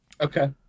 okay